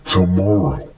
Tomorrow